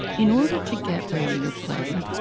in order to get radio play,